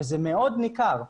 וזה מאוד ניכר.